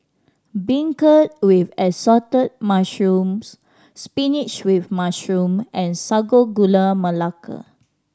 beancurd with Assorted Mushrooms spinach with mushroom and Sago Gula Melaka